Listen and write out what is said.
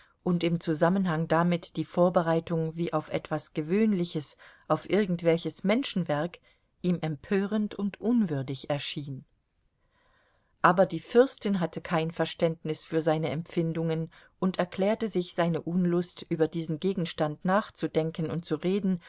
und im zusammenhang damit die vorbereitung wie auf etwas gewöhnliches auf irgendwelches menschenwerk ihm empörend und unwürdig erschienen aber die fürstin hatte kein verständnis für seine empfindungen und erklärte sich seine unlust über diesen gegenstand nachzudenken und zu reden